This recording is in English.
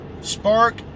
Spark